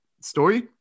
story